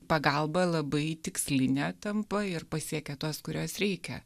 pagalba labai tiksline tampa ir pasiekia tuos kuriuos reikia